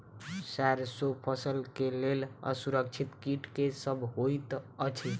सैरसो फसल केँ लेल असुरक्षित कीट केँ सब होइत अछि?